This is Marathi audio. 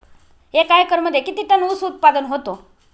एका एकरमध्ये किती टन ऊस उत्पादन होतो?